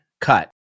cut